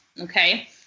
Okay